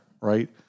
Right